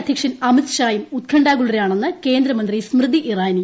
അദ്ധ്യക്ഷൻ അമിത് ഷായും ഉത്ഖണ്ഠാകുലരാണെന്ന് കേന്ദ്രമന്ത്രി സ്മൃതി ഇറാനി